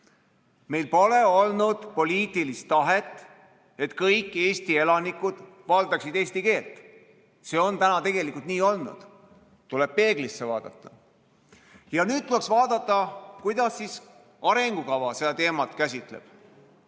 Meil pole olnud poliitilist tahet, et kõik Eesti elanikud valdaksid eesti keelt. See ongi tegelikult nii olnud, tuleb peeglisse vaadata. Ja nüüd tuleks vaadata, kuidas siis arengukava seda teemat käsitleb.